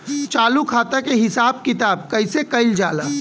चालू खाता के हिसाब किताब कइसे कइल जाला?